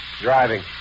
Driving